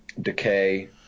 decay